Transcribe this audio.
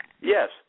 Yes